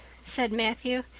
said matthew,